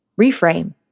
Reframe